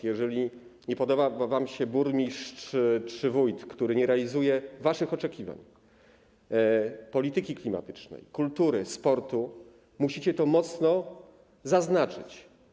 Jeżeli nie podoba wam się burmistrz czy wójt, którzy nie realizują waszych oczekiwań dotyczących polityki klimatycznej, kultury, sportu, musicie to mocno zaznaczyć.